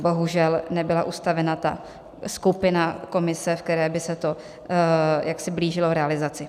Bohužel nebyla ustavena skupina, komise, ve které by se to blížilo realizaci.